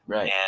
Right